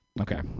Okay